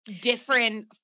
different